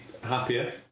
happier